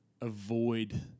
avoid